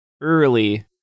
early